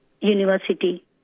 university